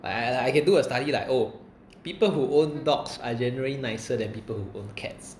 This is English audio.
like I like I can do a study like oh people who own dogs are generally nicer than people who own cats